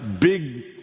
big